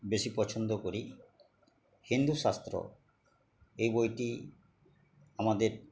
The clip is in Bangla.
বেশি পছন্দ করি হিন্দুশাস্ত্র এই বইটি আমাদের